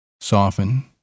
Soften